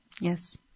Yes